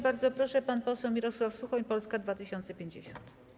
Bardzo proszę, pan poseł Mirosław Suchoń, Polska 2050.